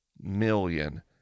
million